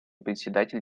председатель